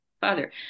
father